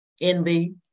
envy